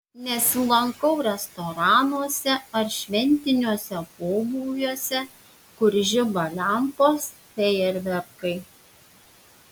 nesilankau restoranuose ar šventiniuose pobūviuose kur žiba lempos fejerverkai